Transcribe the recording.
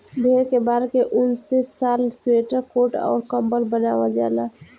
भेड़ के बाल के ऊन से शाल स्वेटर कोट अउर कम्बल बनवाल जाला